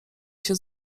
się